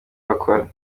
bakora